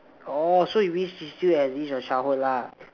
orh so you wish she still exist your childhood lah